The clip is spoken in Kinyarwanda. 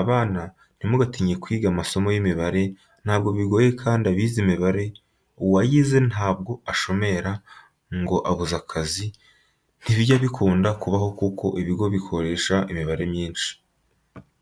Abana nti mugatinye kwiga amasomo y'imibare ntabwo bigoye kandi abize imibare uwayize ntabwo ashomera ngo abuze akazi ntibijya bikunda kubaho kuko ibigo bikoresha imibare ari byinshi.